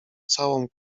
całą